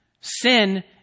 Sin